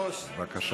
בבקשה.